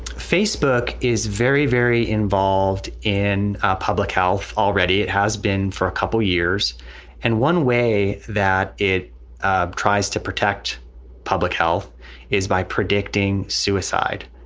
facebook is very, very involved in public health. already it has been for a couple years and one way that it tries to protect public health is by predicting suicide.